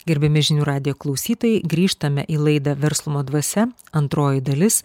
gerbiami žinių radijo klausytojai grįžtame į laidą verslumo dvasia antroji dalis